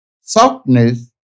softness